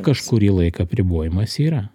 kažkurį laiką apribojimas yra